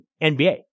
NBA